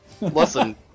listen